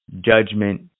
judgment